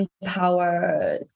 empower